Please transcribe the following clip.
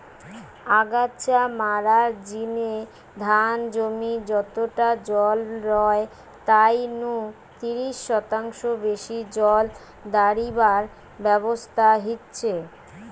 আগাছা মারার জিনে ধান জমি যতটা জল রয় তাই নু তিরিশ শতাংশ বেশি জল দাড়িবার ব্যবস্থা হিচে